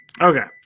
Okay